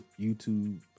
YouTube